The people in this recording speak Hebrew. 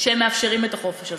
שהם מאפשרים את החופש הזה.